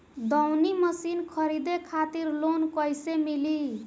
दऊनी मशीन खरीदे खातिर लोन कइसे मिली?